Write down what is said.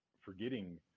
forgetting